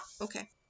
okay